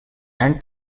and